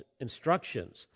instructions